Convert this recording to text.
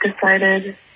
decided